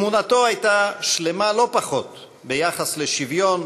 אמונתו הייתה שלמה לא פחות ביחס לשוויון